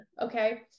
Okay